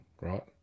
right